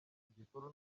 igikuru